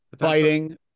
fighting